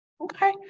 Okay